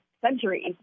centuries